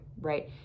right